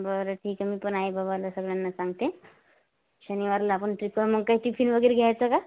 बरं ठीक आहे मी पण आई बाबाला सगळ्यांना सांगते शनिवारला आपण मग काय टिफिन वगैरे घ्यायचं का